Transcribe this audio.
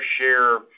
share